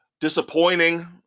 disappointing